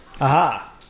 Aha